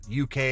UK